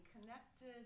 connected